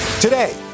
today